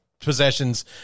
possessions